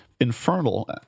infernal